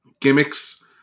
gimmicks